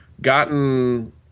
gotten